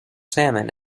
salmon